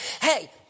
Hey